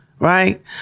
Right